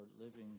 living